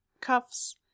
cuffs